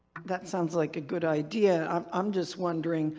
that sounds like a good idea. i'm um just wondering.